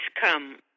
come